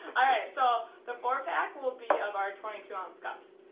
alright, so the four pack will be of our twenty two oz cups,